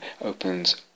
opens